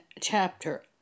chapter